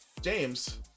James